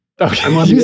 Okay